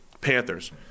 Panthers